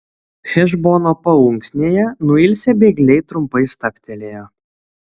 hešbono paunksnėje nuilsę bėgliai trumpai stabtelėjo